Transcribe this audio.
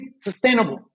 sustainable